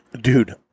Dude